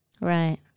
Right